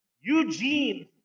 Eugene